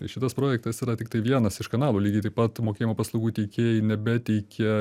tai šitas projektas yra tiktai vienas iš kanalų lygiai taip pat mokėjimo paslaugų teikėjai nebeteikia